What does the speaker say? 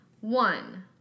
One